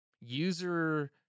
user